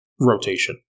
rotation